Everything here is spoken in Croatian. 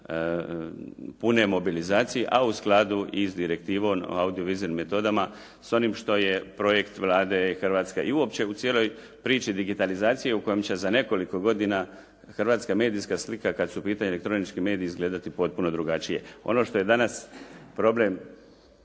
pune mobilizacije a u skladu i s Direktivom o audio vizuelnim metodama s onim što je projekt Vlade Hrvatske i uopće u cijeloj priči digitalizacije u kojoj će za nekoliko godina hrvatska medijska slika kad su u pitanju elektronički mediji izgledati potpuno drugačije. Ono što je danas problem